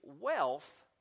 wealth